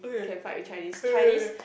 can fight with Chinese Chinese